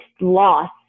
loss